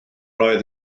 oedd